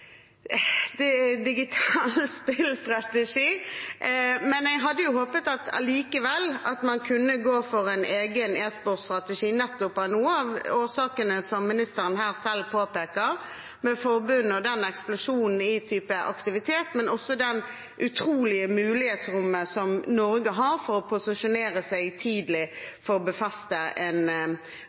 digital spillstrategi, men jeg hadde jo håpet at man allikevel kunne gå for en egen e-sport-strategi, nettopp av de årsakene som ministeren her selv påpeker, med forbundet og den eksplosjonen i type aktivitet, men også det utrolige mulighetsrommet som Norge har for å posisjonere seg tidlig for å befeste en